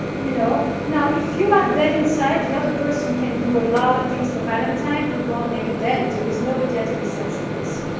you know? now, if you are dead inside, the other person can do a lot of things for valentine's. it won't make a dent. there is nobody at the reception desk.